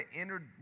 entered